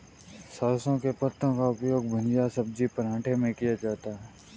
सरसों के पत्ते का उपयोग भुजिया सब्जी पराठे में किया जाता है